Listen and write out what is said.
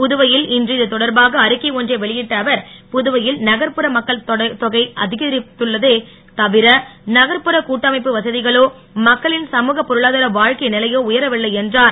புதுவையில் இன்று இதுதொடர்பாக அறிக்கை ஒன்றை வெளியிட்ட அவர் புதுவையில் நகர்புற மக்கன் தொகை அதிகரித்துள்ளதே தவிர நகர்புற கட்டமைப்பு வசதிகளோ மக்களின் சமூகப் பொருளாதார வாழ்க்கை நிலையோ உயரவில்லை என்றார்